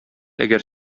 әгәр